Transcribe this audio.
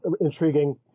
intriguing